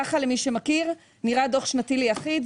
כך נראה דו"ח שנתי ליחיד,